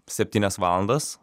septynias valandas